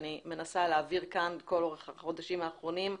שאני מנסה להעביר כאן לכל אורך החודשים האחרונים.